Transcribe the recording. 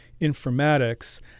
informatics